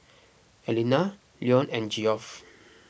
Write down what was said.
Aleena Leone and Geoff